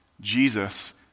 Jesus